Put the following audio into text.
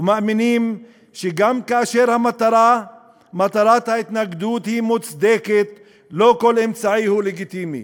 ומאמינים שגם כאשר מטרת ההתנגדות היא מוצדקת לא כל אמצעי לגיטימי.